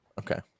Okay